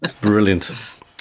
Brilliant